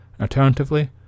Alternatively